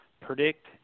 predict